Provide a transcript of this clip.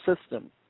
system